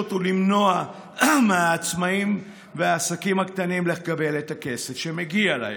ולמנוע מהעצמאים והעסקים הקטנים לקבל את הכסף שמגיע להם.